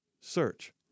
search